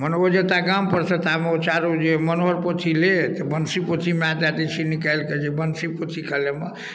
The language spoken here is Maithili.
मने ओ जेता गामपर सँ तामे ओ चारू जे मनोहर पोथी लेत बंसी पोथी माय दए दै छै निकालि कऽ जे बंसी पोथी खेलयमे